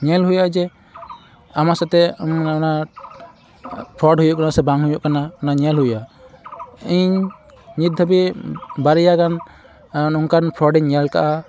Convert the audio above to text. ᱧᱮᱞ ᱦᱩᱭᱩᱜᱼᱟ ᱡᱮ ᱟᱢᱟᱜ ᱥᱚᱛᱮᱡ ᱚᱱᱟ ᱚᱱᱟ ᱯᱷᱨᱚᱰ ᱦᱩᱭᱩᱜ ᱠᱟᱱᱟ ᱥᱮ ᱵᱟᱝ ᱦᱩᱭᱩᱜ ᱠᱟᱱᱟ ᱚᱱᱟ ᱧᱮᱞ ᱦᱩᱭᱩᱜᱼᱟ ᱤᱧ ᱱᱤᱛ ᱫᱷᱟᱹᱵᱤᱡ ᱵᱟᱨᱭᱟᱜᱟᱱ ᱱᱚᱝᱠᱟᱱ ᱯᱷᱨᱚᱰᱤᱧ ᱧᱮᱞᱠᱟᱜᱼᱟ